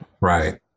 Right